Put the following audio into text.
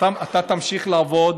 אתה תמשיך לעבוד.